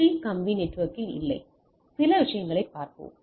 3 கம்பி நெட்வொர்க்கில் இல்லை சில விஷயங்களைப் பார்ப்போம்